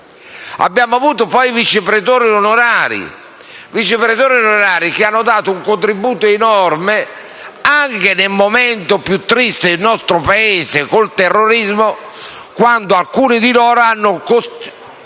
Abbiamo avuto poi i vice pretori onorari che hanno dato un contributo enorme anche nel momento più triste del nostro Paese, nel periodo del terrorismo, quando alcuni di loro sono stati